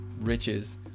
riches